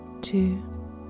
two